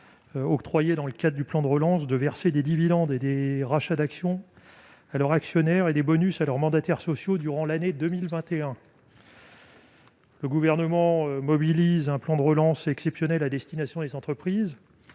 octroyées dans le cadre du plan de relance d'accorder des dividendes et des rachats d'actions à leurs actionnaires et des bonus à leurs mandataires sociaux durant l'année 2021. Le Gouvernement mobilise un plan de relance exceptionnel à destination des entreprises.